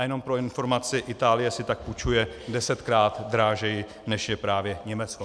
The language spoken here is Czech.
Jenom pro informaci, Itálie si tak půjčuje desetkrát dráže než právě Německo.